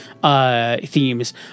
Themes